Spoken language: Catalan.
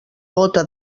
gota